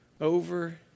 over